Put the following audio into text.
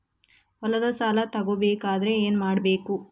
ಹೊಲದ ಸಾಲ ತಗೋಬೇಕಾದ್ರೆ ಏನ್ಮಾಡಬೇಕು?